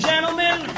Gentlemen